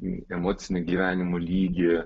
emocinį gyvenimo lygį